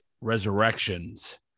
Resurrections